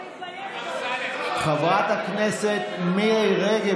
חברת הכנסת מירי רגב,